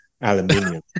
aluminium